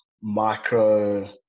micro